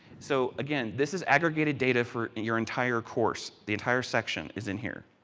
so again this is aggregated data for your entire course. the entire section is in here.